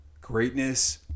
greatness